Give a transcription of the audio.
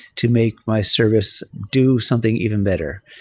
to make my service do something even better.